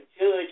Judge